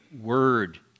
word